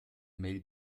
mail